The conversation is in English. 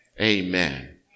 Amen